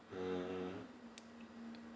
mm